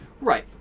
Right